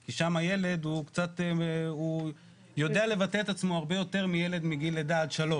כי שם הילד יודע לבטא את עצמו הרבה יותר מילד בגיל לידה-3,